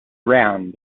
round